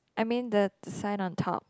I mean the sign on top